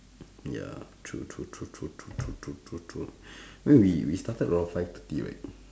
ya true true true true true true true true eh we we started around five thirty right